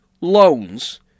loans